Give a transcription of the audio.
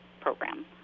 program